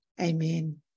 Amen